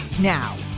now